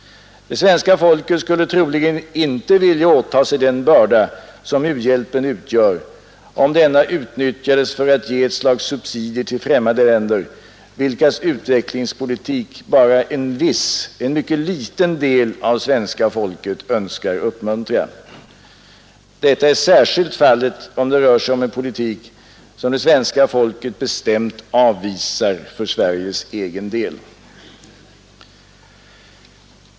Det svenska folket skulle troligen inte vilja åtaga sig den börda som u-hjälpen utgör, om denna utnyttjades för att ge ett slags subsidier till främmande länder, vilkas utvecklingspolitik bara en viss, mycket liten del av svenska folket önskar uppmuntra. Detta är särskilt fallet om det rör sig om en politik som det svenska folket bestämt avvisar för Sveriges egen del.